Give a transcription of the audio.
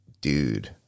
dude